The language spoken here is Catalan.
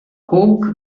cuc